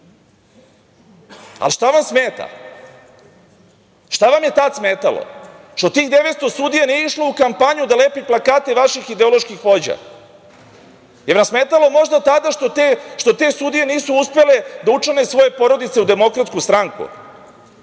Šta vam smeta? Šta vam je tad smetalo, što tih 900 sudija nije išlo u kampanju da lepi plakate vaših ideoloških vođa? Da li vam je smetalo možda tada što te sudije nisu uspele da učlane svoje porodice u DS? Da li vam